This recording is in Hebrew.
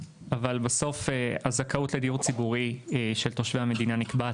אבל בסוף הזכאות לדיור ציבורי של תושבי המדינה,